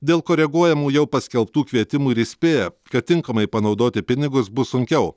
dėl koreguojamų jau paskelbtų kvietimų ir įspėja kad tinkamai panaudoti pinigus bus sunkiau